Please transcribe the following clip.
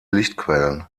lichtquellen